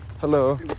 Hello